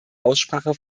aussprache